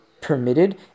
permitted